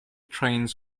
trains